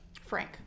Frank